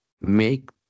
make